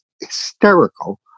hysterical